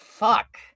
Fuck